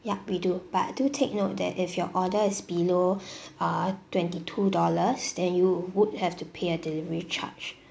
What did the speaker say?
yup we do but do take note that if your order is below uh twenty two dollars then you would have to pay a delivery charge